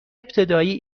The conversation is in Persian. ابتدایی